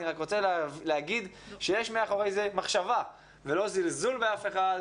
אני רק רוצה להגיד שיש מאחורי זה מחשבה ולא זלזול באף אחד,